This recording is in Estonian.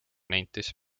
nentis